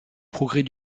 progrès